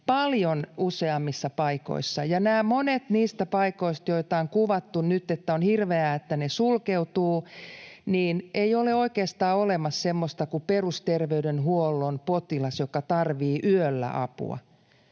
paljon useammissa paikoissa. Monista paikoista on nyt kuvattu, että on hirveää, että ne sulkeutuvat, mutta ei ole oikeastaan olemassa semmoista kuin perusterveydenhuollon potilas, joka tarvitsee yöllä apua.